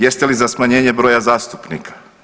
Jeste li za smanjenje broja zastupnika?